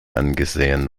angesehen